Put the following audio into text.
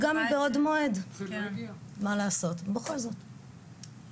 כולל כל מה שקשור ליבוא,